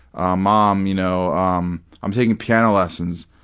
ah mom, you know um i'm taking piano lessons.